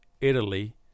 Italy